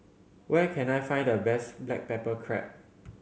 where can I find the best black pepper crab